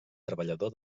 treballador